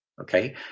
Okay